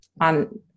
on